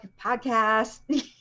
podcast